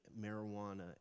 marijuana